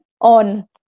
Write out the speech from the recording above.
On